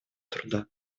труда